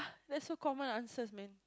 that's so common answers man